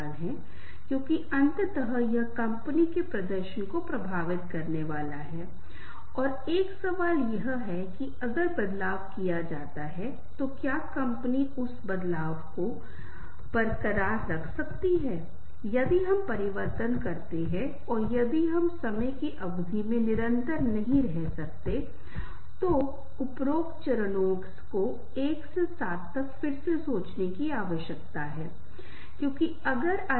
संवाद करने की इच्छा होनी चाहिए अपने आप को व्यक्त करना चाहिए यहां तक कि कई बार यह भी बताना होगा कि कुछ लोग अपने शर्मीले स्वभाव के कारण भी व्यक्त नहीं करते हैं कि वे किसी से प्यार करते हैं यहां तक कि वे किसी को प्रपोज करना चाहते हैं वे इंतजार और इंतजार करते रहते हैं और वह समय चला जाता है अवसर चला जाता है वे स्थिति और अवसरों को खो देते हैं